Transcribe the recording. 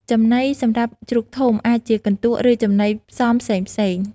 ចំណីសម្រាប់ជ្រូកធំ អាចជាកន្ទក់ ឬចំណីផ្សំផ្សេងៗ។